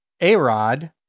A-Rod